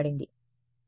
విద్యార్థి పర్మిటివిటీ